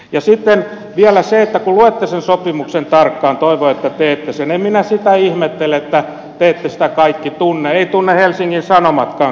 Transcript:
ja sitten vielä se että kun luette sen sopimuksen tarkkaan toivon että teette sen en minä sitä ihmettele että te ette sitä kaikki tunne ei tunne helsingin sanomatkaan kun tänään luin sitä